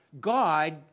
God